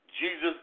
Jesus